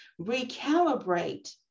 recalibrate